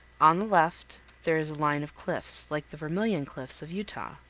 on the left there is a line of cliffs, like the vermilion cliffs of utah.